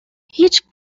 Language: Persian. هیچ